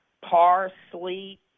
Parsley